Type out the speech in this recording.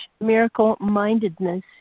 miracle-mindedness